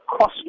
cost